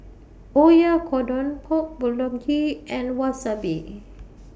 Oyakodon Pork Bulgogi and Wasabi